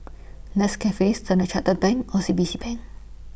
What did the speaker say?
Nescafe Standard Chartered Bank O C B C Bank